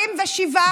את מפתחת שיחה.